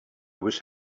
was